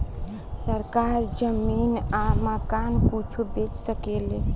सरकार जमीन आ मकान कुछो बेच सके ले